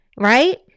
right